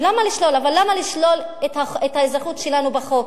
ולמה לשלול, אבל למה לשלול את האזרחות שלנו בחוק?